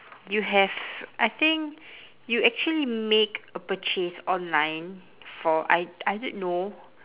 you have I think you actually make a purchase online for I I don't know